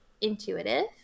intuitive